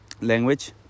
language